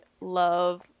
love